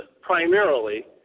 primarily